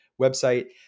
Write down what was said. website